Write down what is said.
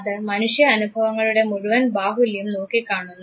അത് മനുഷ്യ അനുഭവങ്ങളുടെ മുഴുവൻ ബാഹുല്യം നോക്കിക്കാണുന്നു